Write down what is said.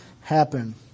happen